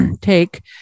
take